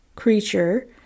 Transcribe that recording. creature